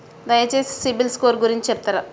దయచేసి CIBIL score గురించి చెప్తరా?